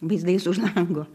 vaizdais už lango